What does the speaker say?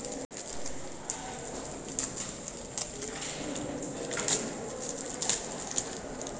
ఈ బ్యాంకులో ఏ లోన్స్ ఇస్తారు దాని గురించి సమాచారాన్ని ఎవరిని అడిగి తెలుసుకోవాలి? కావలసిన సమాచారాన్ని ఎవరిస్తారు?